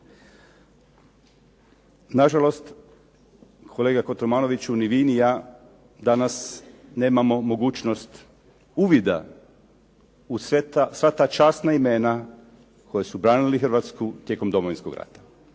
Na žalost, kolega Kotromanoviću ni vi ni ja danas nemamo mogućnost uvida u sva ta časna imena koji su branili Hrvatsku tijekom Domovinskog rata